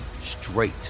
straight